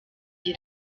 iyi